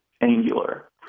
angular